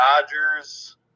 Dodgers